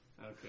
Okay